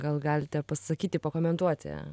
gal galite pasakyti pakomentuoti